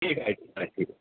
ठीक आहे ठीक आहे ठीक